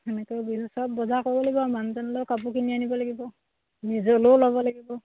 সেনেকে বিহু চব বজাৰ কৰিব লাগিব আৰু মানুহজনলে কাপোৰ কিনি আনিব লাগিব নিজলেও ল'ব লাগিব